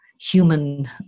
human